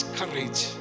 courage